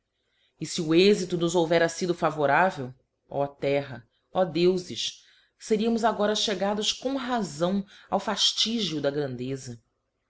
e f e o êxito nos houvera fido favorável ó terra ó deufes feriamos agora chegados com razão ao faftigio da grandeza